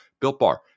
BuiltBar